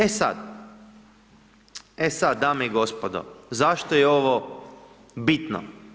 E sad, dame i gospodo, zašto je ovo bitno?